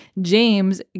James